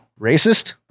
racist